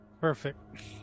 Perfect